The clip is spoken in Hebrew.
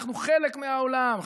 אנחנו חלק מהעולם,